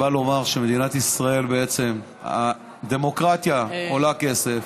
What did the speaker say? היא באה לומר שבמדינת ישראל הדמוקרטיה עולה כסף.